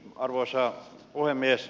arvoisa puhemies